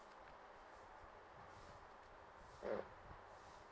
alright